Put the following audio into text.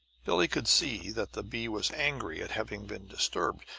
billie could see that the bee was angry at having been disturbed,